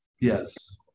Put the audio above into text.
Yes